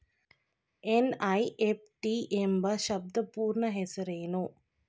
NEFT ಎಂಬ ಶಬ್ದದ ಪೂರ್ಣ ಹೆಸರೇನು?